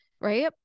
right